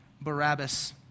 Barabbas